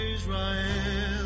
Israel